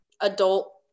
adult